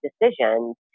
decisions